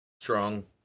strong